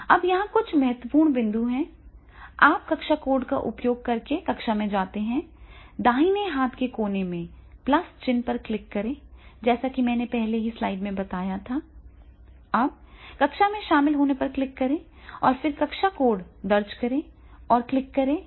अब यहाँ कुछ महत्वपूर्ण बिंदु हैं आप कक्षा कोड का उपयोग करके कक्षा में जाते हैं दाहिने हाथ के कोने में प्लस चिह्न पर क्लिक करें जैसा कि मैंने पहले की स्लाइड में बताया था अब कक्षा में शामिल होने पर क्लिक करें और फिर कक्षा कोड दर्ज करें और क्लिक करें में शामिल हो